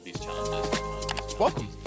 welcome